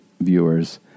viewers